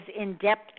in-depth